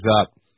up